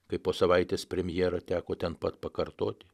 kai po savaitės premjerą teko ten pat pakartoti